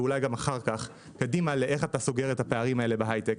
ואולי גם אחר כך קדימה לאיך אתה סוגר את הפערים האלה בהיי-טק.